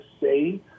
say